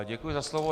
Děkuji za slovo.